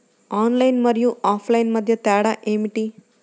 Online మరియు offline మధ్య తేడా ఏమిటీ?